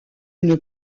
une